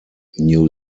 new